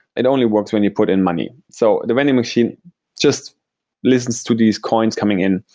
it only works when you put in money. so the vending machine just listens to these coins coming in.